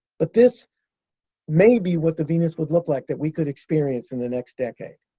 but this may be what the venus would look like that we could experience in the next decade.